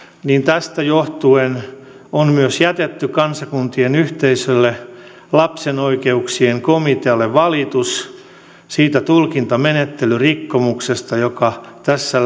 niin tästä johtuen on myös jätetty kansakuntien yhteiselle lapsen oikeuksien komitealle valitus siitä tulkintamenettelyrikkomuksesta joka tässä